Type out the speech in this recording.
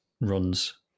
runs